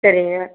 சரிங்க